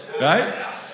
right